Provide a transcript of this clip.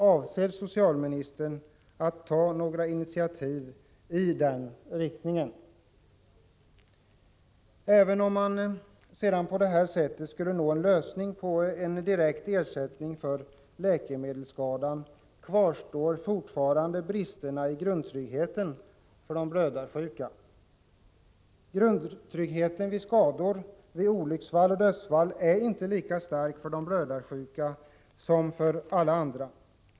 Avser socialministern att ta några initiativ i den riktningen? Även om man på detta sätt skulle nå en lösning på frågan om en direkt ersättning för läkemedelsskadan, kvarstår fortfarande bristerna i grundtryggheten för de blödarsjuka. Grundtryggheten vid skador, olycksfall och dödsfall är inte lika stark för de blödarsjuka som för alla andra.